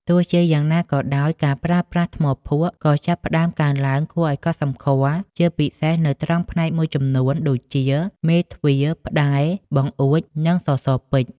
ទោះជាយ៉ាងណាក៏ដោយ ការប្រើប្រាស់ ថ្មភក់ ក៏ចាប់ផ្តើមកើនឡើងគួរឱ្យកត់សម្គាល់ ជាពិសេសនៅត្រង់ផ្នែកមួយចំនួនដូចជា មេទ្វារ ផ្តែរ បង្អួច និងសសរពេជ្រ។